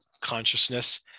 consciousness